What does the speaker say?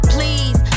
Please